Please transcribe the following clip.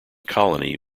colony